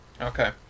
okay